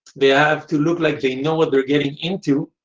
they have to look like they know what they're getting into,